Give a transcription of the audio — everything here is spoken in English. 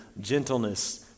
gentleness